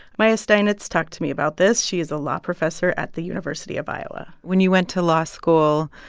maya steinitz talked to me about this. she is a law professor at the university of iowa when you went to law school,